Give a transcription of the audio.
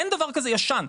אין דבר כזה ישן,